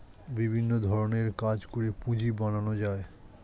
বিভিন্ন ধরণের কাজ করে পুঁজি বানানো যায়